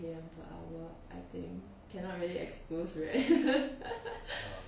K_M per hour I think cannot really expose right